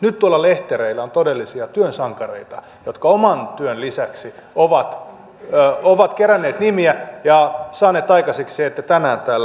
nyt tuolla lehtereillä on todellisia työn sankareita jotka oman työn lisäksi ovat keränneet nimiä ja saaneet aikaiseksi että tänään täällä keskustellaan